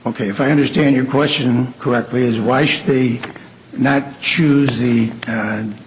ok if i understand your question correctly is why should they not choos